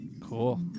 Cool